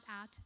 out